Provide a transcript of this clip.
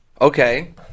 okay